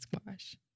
squash